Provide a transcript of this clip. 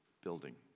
building